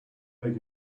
beg